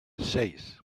seis